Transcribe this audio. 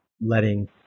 letting